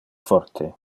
forte